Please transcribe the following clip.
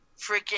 freaking